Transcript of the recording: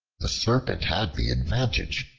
the serpent had the advantage,